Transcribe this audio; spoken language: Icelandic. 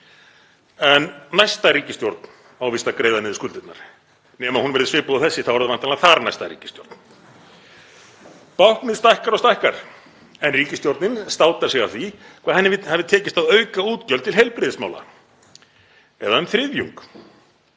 Næsta ríkisstjórn á víst að greiða niður skuldirnar nema hún verði svipuð og þessi, þá er það væntanlega þarnæsta ríkisstjórn. Báknið stækkar og stækkar en ríkisstjórnin státar sig af því hvað henni hafi tekist að auka útgjöld til heilbrigðismála eða um þriðjung.